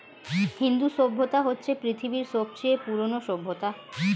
হিন্দু সভ্যতা হচ্ছে পৃথিবীর সবচেয়ে পুরোনো সভ্যতা